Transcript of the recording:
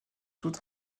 toutes